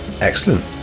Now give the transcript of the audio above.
Excellent